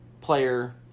player